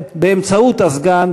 באמצעות הסגן,